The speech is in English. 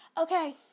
Okay